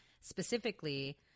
specifically